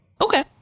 Okay